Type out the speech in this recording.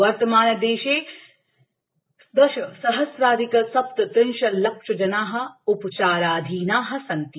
वर्तमाने देशे दशसहस्राधिक सप्तत्रिंशल्लक्षजनाः उपचाराधीना सन्ति